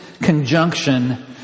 conjunction